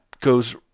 goes